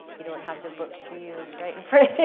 you don't have the book, do you, right in front of you?